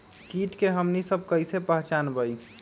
किट के हमनी सब कईसे पहचान बई?